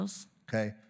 Okay